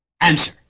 Answer